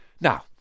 Now